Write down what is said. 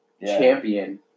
champion